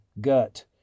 gut